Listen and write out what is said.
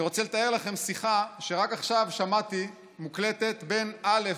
אני רוצה לתאר לכם שיחה מוקלטת שרק עכשיו שמעתי בין א',